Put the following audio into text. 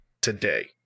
today